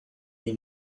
mean